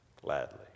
gladly